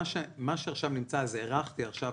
מה שעכשיו נמצא הארכתי עכשיו,